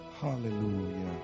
Hallelujah